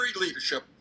leadership